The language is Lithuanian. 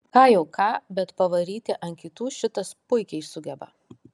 ką jau ką bet pavaryti ant kitų šitas puikiai sugeba